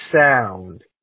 sound